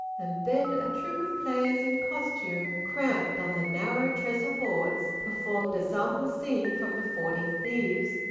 and then a troupe of players in costume, cramped on the narrow trestle boards, performed a sample scene from the forty thieves,